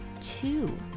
two